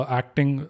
acting